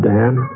Dan